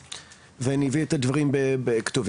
ואני אביא את הדברים בכתובים.